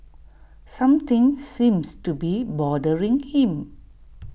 something seems to be bothering him